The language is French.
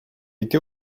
été